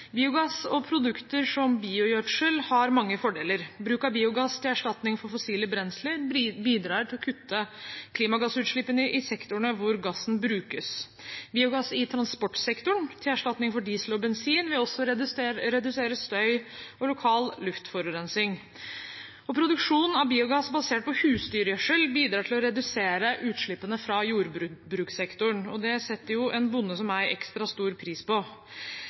Biogass og produkter som biogjødsel har mange fordeler. Bruk av biogass til erstatning for fossile brensler bidrar til å kutte klimagassutslippene i sektorene hvor gassen brukes. Biogass i transportsektoren til erstatning for diesel og bensin vil også redusere støy og lokal luftforurensning. Og produksjon av biogass basert på husdyrgjødsel bidrar til å redusere utslippene fra jordbrukssektoren. Det setter jo en bonde som meg ekstra stor pris på!